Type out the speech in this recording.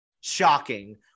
shocking